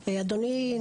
אדוני,